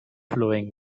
flowing